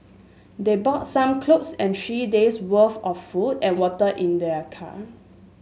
they bought some clothes and three days worth of food and water in their car